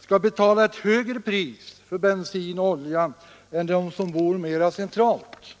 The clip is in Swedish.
skall betala ett högre pris för bensin och olja än de som bor mera centralt.